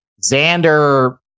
Xander